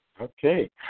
Okay